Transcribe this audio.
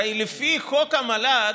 הרי לפי חוק המל"ג,